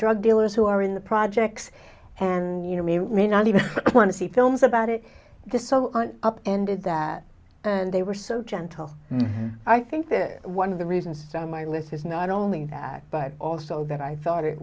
drug dealers who are in the projects and you know me may not even want to see films about it the so up ended that and they were so gentle i think that one of the reasons so my list is not only that but also that i thought it